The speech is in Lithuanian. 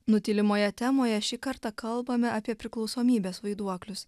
nutylimoje temoje šį kartą kalbame apie priklausomybes vaiduoklius